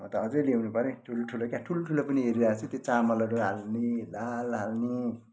म त अझै ल्याउनु पऱ्यो ठुल्ठुलो क्या ठुल्ठुलो पनि हेरिराखेको छु त्यो चामलहरू हाल्ने दाल हाल्ने